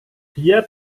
dia